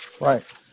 right